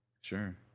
Sure